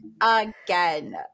again